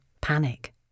panic